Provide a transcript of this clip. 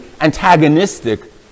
antagonistic